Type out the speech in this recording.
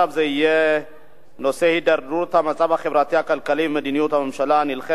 יהיה הידרדרות המצב החברתי הכלכלי ומדיניות הממשלה הנלחמת